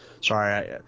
sorry